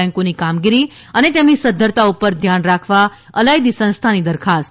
બેન્કોની કામગીરી અને તેમની સધ્ધરતા ઉપર ધ્યાન રાખવા અલાયદી સંસ્થાની દરખાસ્ત